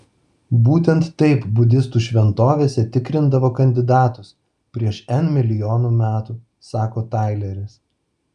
būtent taip budistų šventovėse tikrindavo kandidatus prieš n milijonų metų sako taileris